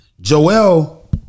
joel